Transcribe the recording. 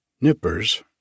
nippers